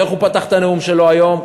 איך הוא פתח את הנאום שלו היום?